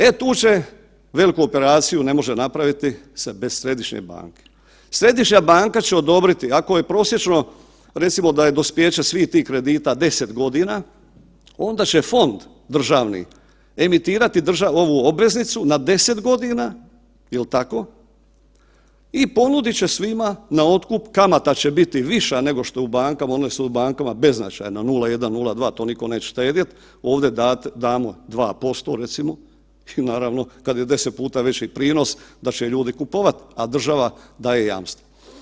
E tu veliku operaciju ne može napraviti bez središnje banke, središnja banka će odobriti ako je prosječno recimo da je dospijeće svih tih kredita 10 godina onda će fond državni emitirati ovu obveznicu na 10 godina jel tako, i ponudit će svima na otkup, kamata će biti viša nego je u bankama, one su u bankama beznačajne 0,1, 0,2 to niko neće štedjet, ovdje damo 2% recimo i naravno kada je 10 puta veći prinos da će ljudi kupovat, a država daje jamstvo.